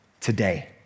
today